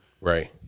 Right